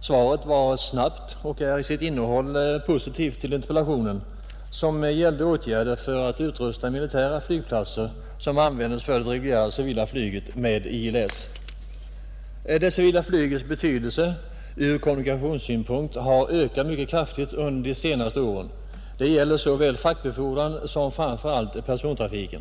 Svaret kom snabbt och är i sitt innehåll positivt till interpellationen, som gällde åtgärder för att utrusta militära flygplatser, vilka används för det reguljära civila flyget, med ILS. Det civila flygets betydelse ur kommunikationssynpunkt har ökat mycket kraftigt under de senaste åren. Det gäller såväl fraktbefordran som framför allt persontrafiken.